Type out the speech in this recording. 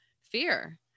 fear